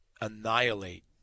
annihilate